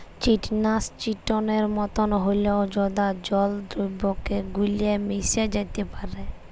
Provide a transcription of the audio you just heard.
chitosan চিটনের মতন হঁল্যেও জঁদা জল দ্রাবকে গুল্যে মেশ্যে যাত্যে পারে